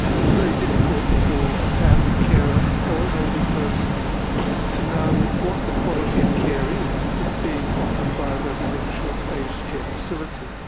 it's very difficult for a family carer or an older person to know what the quality of care is that's being offered by a residential aged care facility.